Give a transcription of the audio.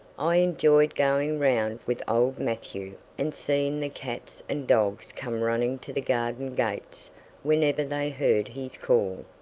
i enjoyed going round with old matthew and seeing the cats and dogs come running to the garden-gates whenever they heard his call.